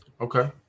Okay